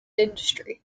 industry